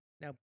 Now